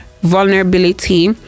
vulnerability